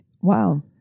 Wow